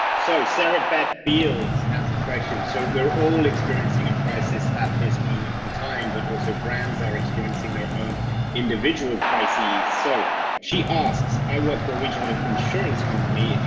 so sarah beth fields has a question. so we're all experiencing a crisis at this moment in time, but also brands are experiencing their own individual crises. so she asks, i worked for a regional insurance company.